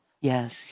yes